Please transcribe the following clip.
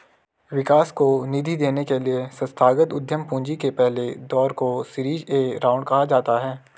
विकास को निधि देने के लिए संस्थागत उद्यम पूंजी के पहले दौर को सीरीज ए राउंड कहा जाता है